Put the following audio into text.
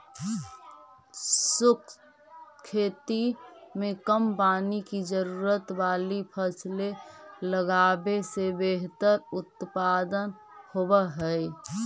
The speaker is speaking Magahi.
शुष्क खेती में कम पानी की जरूरत वाली फसलें लगावे से बेहतर उत्पादन होव हई